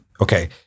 okay